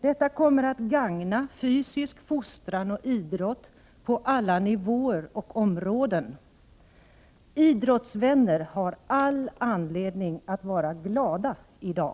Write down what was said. Detta kommer att gagna fysisk fostran och idrott på alla nivåer och områden. Idrottsvänner har all anledning att vara glada i dag.